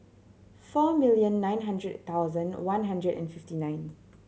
four million nine hundred thousand one hundred and fifty nine